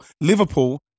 Liverpool